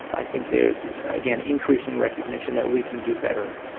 i think there is, again, increasing recognition that we can do better,